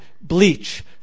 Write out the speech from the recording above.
bleach